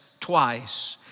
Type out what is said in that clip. twice